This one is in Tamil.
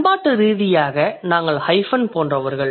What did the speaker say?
பண்பாட்டு ரீதியாகவும் நாங்கள் ஹைபன் போன்றவர்கள்